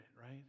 right